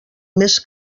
més